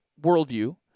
worldview